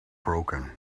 broken